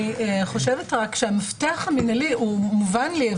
המפתח המינהלי מובן לי,